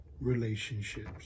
relationships